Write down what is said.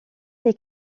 les